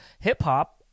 hip-hop